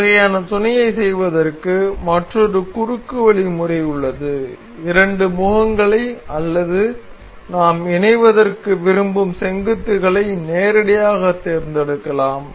இந்த வகையான துணையைச் செய்வதற்கு மற்றொரு குறுக்குவழி முறை உள்ளது இரண்டு முகங்களை அல்லது நாம் இணைவதற்கு விரும்பும் செங்குத்துகளை நேரடியாகத் தேர்ந்தெடுக்கலாம்